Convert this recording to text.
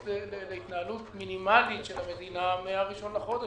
להתנהלות מינימלית של המדינה מ-1 בחודש,